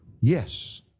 yes